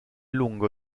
lungo